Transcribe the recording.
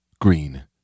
green